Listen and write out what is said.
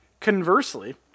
Conversely